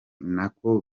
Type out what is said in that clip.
nako